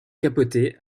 capote